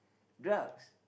drugs